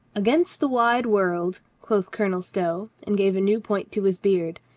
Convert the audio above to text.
against the wide world, quoth colonel stow, and gave a new point to his beard.